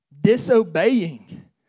disobeying